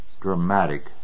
dramatic